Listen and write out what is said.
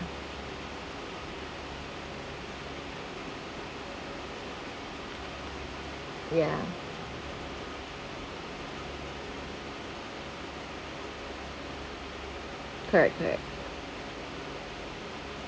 ya correct correct